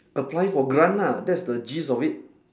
apply for grant ah that's the gist of it